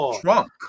trunk